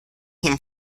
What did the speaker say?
him